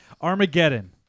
Armageddon